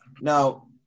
Now